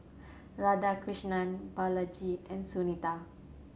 Radhakrishnan Balaji and Sunita